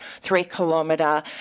three-kilometre